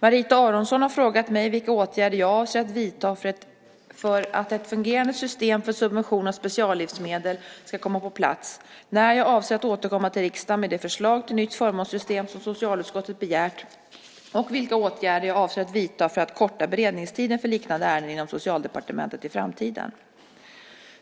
Marita Aronsson har frågat mig vilka åtgärder jag avser att vidta för att ett fungerande system för subvention av speciallivsmedel ska komma på plats, när jag avser att återkomma till riksdagen med det förslag till nytt förmånssystem som socialutskottet begärt och vilka åtgärder jag avser att vidta för att korta beredningstiden för liknande ärenden inom Socialdepartementet i framtiden.